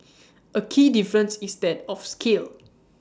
A key difference is that of scale